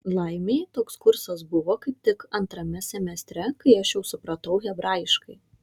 laimei toks kursas buvo kaip tik antrame semestre kai aš jau supratau hebrajiškai